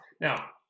Now